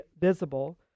visible